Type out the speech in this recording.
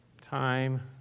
time